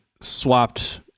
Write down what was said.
swapped